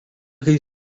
kai